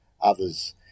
others